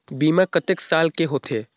बीमा कतेक साल के होथे?